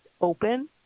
open